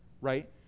right